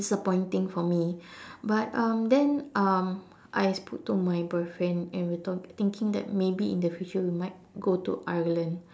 disappointing for me but um then um I spoke to my boyfriend and we thought thinking that maybe in the future we might go to Ireland